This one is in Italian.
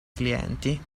clienti